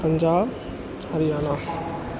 Punjab Haryana